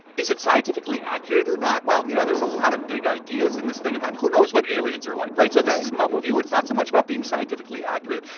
is it scientifically accurate or not? well, you know, there's a lot of big ideas in this thing, and who knows what aliens are like, right? so. right this is um a movie where it's not so much about being scientifically accurate.